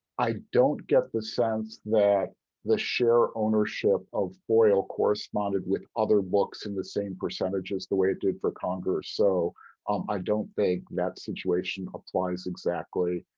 i don't get the sense that the share ownership of hoyle corresponded with other books in the same percentage as the way it did for kind of so i don't think that situation applies exactly.